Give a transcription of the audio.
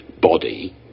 body